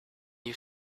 you